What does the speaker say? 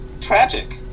tragic